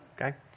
Okay